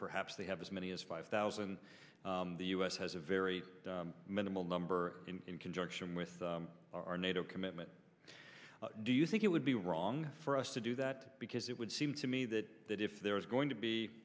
perhaps they have as many as five thousand the u s has a very minimal number in conjunction with our nato commitment do you think it would be wrong for us to do that because it would seem to me that that if there is going to be